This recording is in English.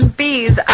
bees